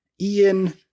Ian